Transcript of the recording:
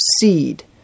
seed